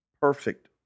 perfect